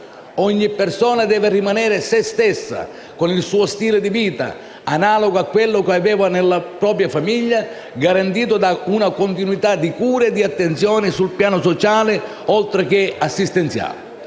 Ogni persona deve rimanere se stessa, con il suo stile di vita, analogo a quello che aveva nella sua famiglia, garantito da una continuità di cure e attenzioni sul piano sociale, oltre che assistenziale.